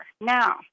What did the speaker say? Now